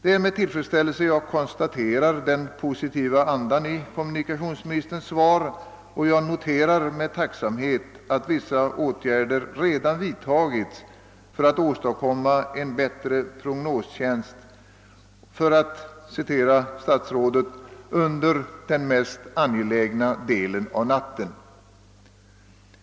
Det är med tillfredsställelse jag konstaterar den positiva andan i kommunikationsministerns svar, och jag noterar med tacksamhet att vissa åtgärder redan vidtagits för att åstadkomma en bättre prognostjänst under »den mest angelägna delen av natten».